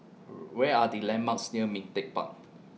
Where Are The landmarks near Ming Teck Park